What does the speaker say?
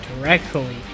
directly